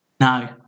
No